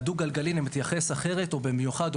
לדו גלגלי אני מתייחס אחרת או במיוחד.